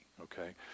Okay